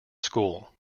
school